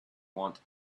want